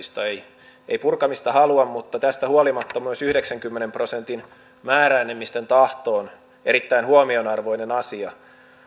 määrä yhtiön osakkeenomistajista ei purkamista halua mutta tästä huolimatta myös yhdeksänkymmenen prosentin määräenemmistön tahto on erittäin huomionarvoinen asia